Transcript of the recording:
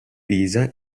pisa